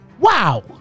Wow